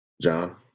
John